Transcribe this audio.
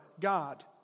God